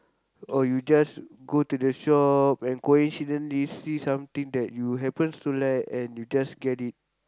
or you just go to the shop and coincidently see something that you happens to like and you just get it